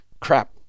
crap